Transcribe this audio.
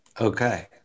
Okay